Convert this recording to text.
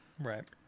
Right